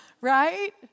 right